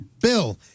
Bill